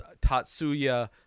Tatsuya